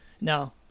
No